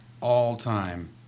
all-time